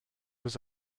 was